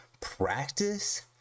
practice